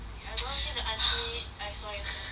as long as as long as